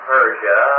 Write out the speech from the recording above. Persia